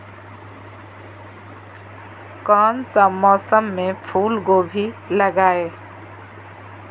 कौन सा मौसम में फूलगोभी लगाए?